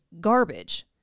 garbage